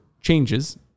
changes